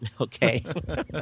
Okay